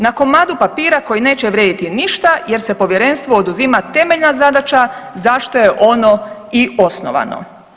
Na komadu papira koji neće vrijediti ništa jer se povjerenstvu oduzima temeljna zadaća zašto je ono i osnovano.